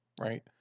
right